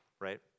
right